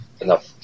enough